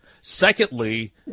Secondly